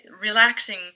relaxing